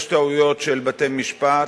יש טעויות של בתי-משפט,